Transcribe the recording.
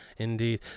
Indeed